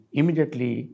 immediately